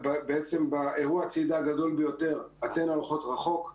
באירוע הצעידה הגדול ביותר "אתנה הולכות רחוק".